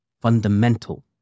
fundamental